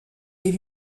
est